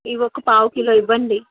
ఇవి ఒక పావు కిలో ఇవ్వండి